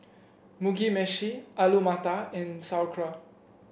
Mugi Meshi Alu Matar and Sauerkraut